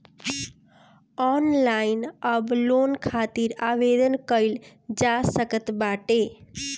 online अब loan खातिर आवेदन कईल जा सकत बाटे